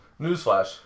Newsflash